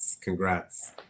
Congrats